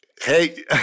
hey